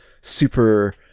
super